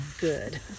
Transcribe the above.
good